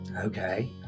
Okay